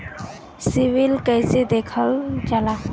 CIBIL कैसे देखल जाला?